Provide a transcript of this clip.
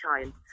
child